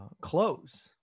clothes